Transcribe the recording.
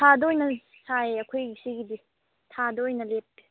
ꯊꯥ ꯗ ꯑꯣꯏꯅ ꯁꯥꯏꯌꯦ ꯑꯩꯈꯣꯏ ꯁꯤꯒꯤꯗꯤ ꯊꯥꯗ ꯑꯣꯏꯅ ꯂꯦꯞꯄꯤ ꯄꯩꯁꯥ